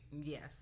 yes